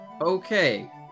Okay